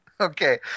Okay